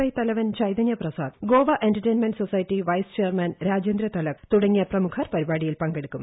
I തലവൻ Chaitanya Prasad Goa entertainment society vice chairman Rajendra Talak തുടങ്ങിയ പ്രമുഖർ പരിപാടിയിൽ പങ്കെടുക്കും